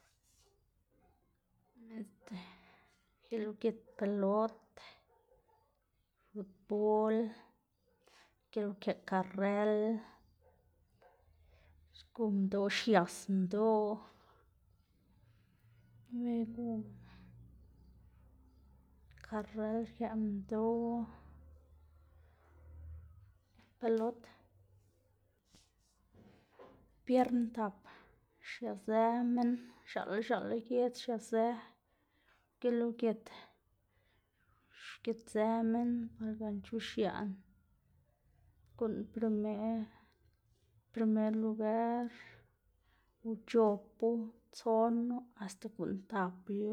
gilugit pelot, futbol, gil ukëꞌ karrel xgu minndoꞌ xias minndoꞌ karrel xkëꞌ minndoꞌ pelot, biern tap xiazë minn x̱aꞌla x̱aꞌla giedz xiazë gilugit, xgitzë minn par gan chu xiaꞌn guꞌn primer primer lugar, uc̲h̲opu tsonu asta guꞌn tap yu,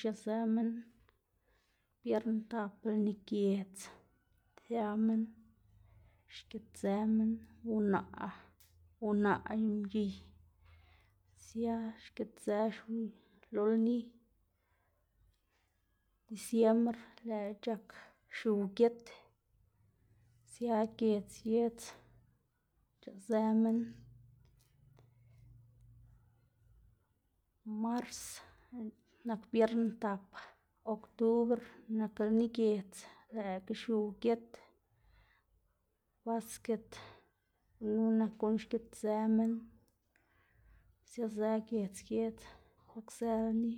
xiazë minn biern tap lni giedz xia minn xgitzë minn, unaꞌ, unaꞌ y mgiy sia xgitzë xwiy lo lni. Disiembr lëꞌkga c̲h̲ak xiu ugit gia giedz giedz xc̲h̲aꞌzë minn, mars nak biern tap, oktubr nak lni giedz lëꞌkga xiu ugit, basket gunu nak guꞌn xgitzë minn siazë giedz giedz siazë c̲h̲akzë lni.